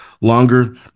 longer